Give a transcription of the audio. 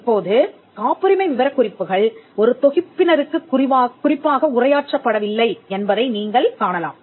இப்போது காப்புரிமை விவரக்குறிப்புகள் ஒரு தொகுப்பினருக்குக் குறிப்பாக உரையாற்றப் படவில்லை என்பதை நீங்கள் காணலாம்